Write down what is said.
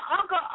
Uncle